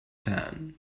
tan